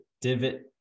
divot